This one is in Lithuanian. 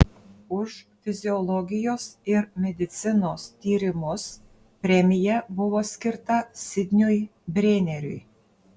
už fiziologijos ir medicinos tyrimus premija buvo skirta sidniui brėneriui